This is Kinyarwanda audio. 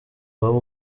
wowe